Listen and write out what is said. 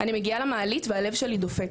אני מגיעה למעלית והלב שלי דופק.